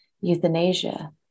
euthanasia